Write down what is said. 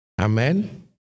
Amen